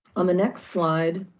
on the next slide,